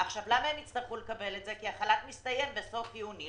הם יצטרכו לקבל את זה כי החל"ת מסתיים בסוף יוני.